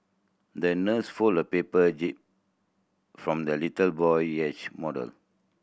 the nurse folded a paper jib from the little boy yacht model